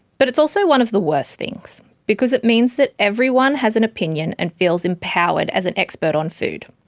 but it's also one of the worst things, because it means that everyone has an opinion and feels empowered as an expert on food.